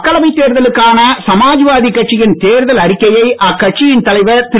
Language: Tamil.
மக்களவைத் தேர்தலுக்கான சமாஜ்வாதி கட்சியின் தேர்தல் அறிக்கையை அக்கட்சியின் தலைவர் திரு